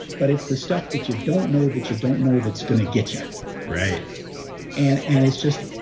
but it's the stuff that you don't know that you don't know that's going to get you right and and it's just